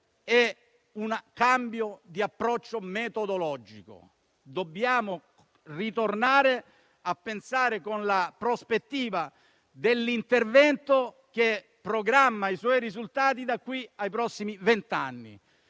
è un cambio di approccio metodologico. Dobbiamo tornare a pensare con la prospettiva dell'intervento che programma i suoi risultati da qui ai prossimi vent'anni.